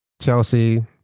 Chelsea